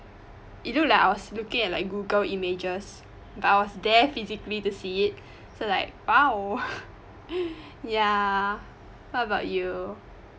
it looked like I was looking at like google images but I was there physically to see it so like !wow! ya how about you